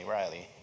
Riley